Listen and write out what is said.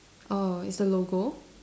oh it's a logo